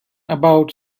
about